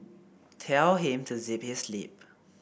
tell him to zip his lip